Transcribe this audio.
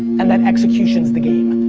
and that execution's the game,